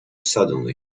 suddenly